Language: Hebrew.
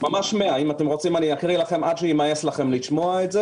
אני יכול להקריא לכם עד שיימאס לכם לשמוע את זה